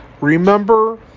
Remember